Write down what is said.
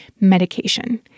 medication